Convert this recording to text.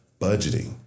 budgeting